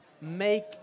make